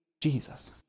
Jesus